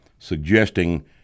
suggesting